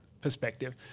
perspective